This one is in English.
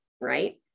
right